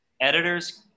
Editors